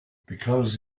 because